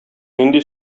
нинди